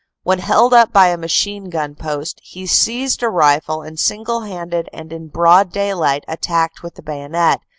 when held up by a machine-gun post, he seized a rifle, and single-handed and in broad daylight attacked with the bayonet,